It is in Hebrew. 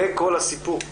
זה כל הסיפור.